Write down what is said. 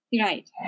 right